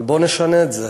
אבל בואו נשנה את זה.